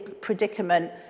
predicament